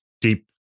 deep